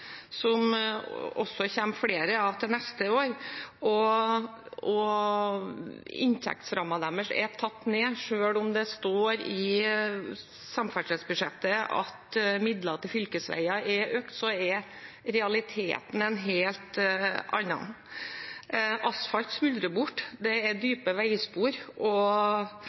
som det også kommer flere av til neste år, og inntektsrammen deres er tatt ned. Selv om det står i samferdselsbudsjettet at midler til fylkesveier er økt, er realiteten en helt annen. Asfalt smuldrer bort, det er dype veispor, og